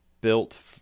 built